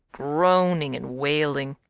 groaning, and wailing.